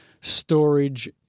storage